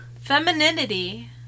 Femininity